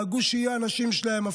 דאגו שיהיו אנשים שלהם.